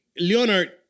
Leonard